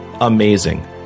amazing